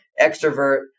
extrovert